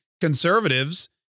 conservatives